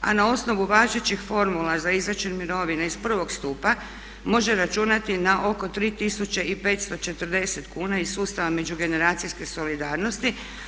a na osnovu važećih formula za izračun mirovine iz prvog stupa može računati na oko 3540 kuna iz sustava međugeneracijske solidarnosti.